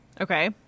Okay